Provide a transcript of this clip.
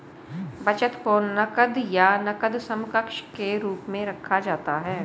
बचत को नकद या नकद समकक्ष के रूप में रखा जाता है